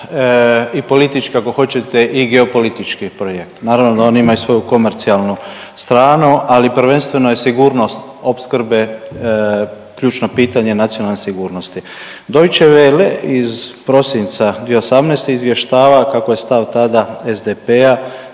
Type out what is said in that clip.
i politički ako hoćete i geopolitički projekt. Naravno da on ima i svoju komercijalnu stranu, ali prvenstveno je sigurnost opskrbe ključno pitanje nacionalne sigurnosti. Deutshe Welle iz prosinca 2018. izvještava kako je stav tada SDP-a